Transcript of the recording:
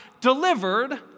delivered